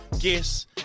guess